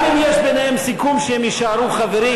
גם אם יש ביניהם סיכום שהם יישארו חברים,